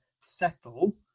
settle